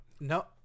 No